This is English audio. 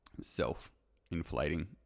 self-inflating